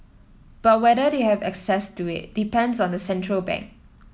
but whether they have access to it depends on the central bank